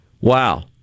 Wow